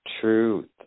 truth